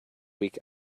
week